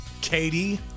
Katie